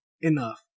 enough